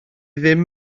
ddim